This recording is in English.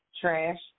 Trash